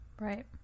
Right